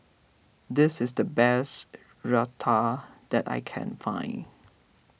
this is the best Raita that I can find